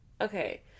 okay